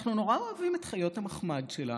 אנחנו נורא אוהבים את חיות המחמד שלנו,